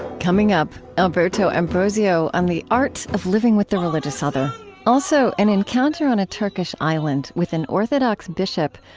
coming up, alberto ambrosio on the art of living with the religious other also, an encounter on a turkish island with an orthodox bishop,